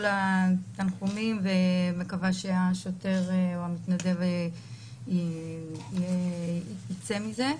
לתנחומים ומקווה שהשוטר או המתנדב ייצא מזה.